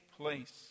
place